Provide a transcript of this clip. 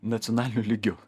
nacionaliniu lygiu